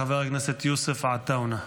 חבר הכנסת יוסף עטאונה.